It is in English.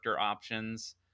options